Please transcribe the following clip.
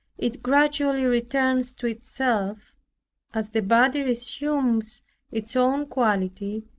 it gradually returns to itself as the body resumes its own quality,